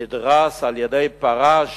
נדרס על-ידי פרש